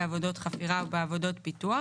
בעבודות חפירה ובעבודות פיתוח